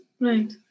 Right